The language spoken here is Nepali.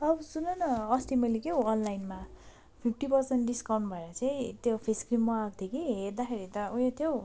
औ सुन न अस्ति मैले के अनलाइनमा फिफ्टी पर्सेन्ट डिस्काउन्ट भनेर चाहिँ त्यो फेस क्रिम मगाएको थिएँ कि हेर्दाखेरि त उयो थियो